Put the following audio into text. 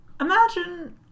imagine